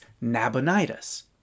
Nabonidus